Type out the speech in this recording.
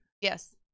Yes